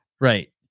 Right